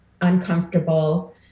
uncomfortable